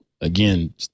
again